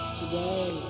today